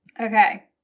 Okay